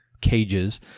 cages